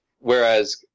whereas